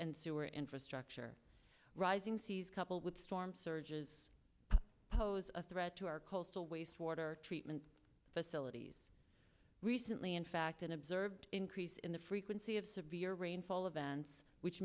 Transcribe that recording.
and sewer infrastructure rising seas coupled with storm surges pose a threat to our coastal wastewater treatment facilities recently in fact an observed increase in the frequency of severe rainfall events which